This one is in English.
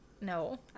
No